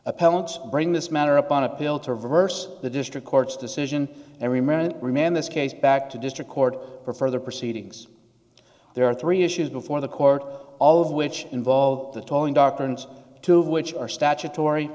appellant bring this matter up on appeal to reverse the district court's decision every minute remand this case back to district court for further proceedings there are three issues before the court all of which involve the towing doctrines two of which are statutory